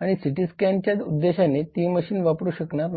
आणि सीटी स्कॅनिंगच्या उद्देशाने ती मशीन वापरू शकणार नाही